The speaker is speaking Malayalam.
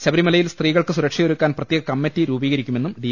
ശബരിമലയിൽ സ്ത്രീകൾക്ക് സുരക്ഷയൊരുക്കാൻ പ്രത്യേക കമ്മറ്റി രൂപീകരിക്കുമെന്നും ഡി